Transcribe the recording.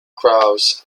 crows